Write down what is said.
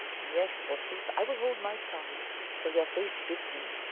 yes, forsooth, i will hold my tongue. so your face bids me,